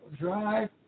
drive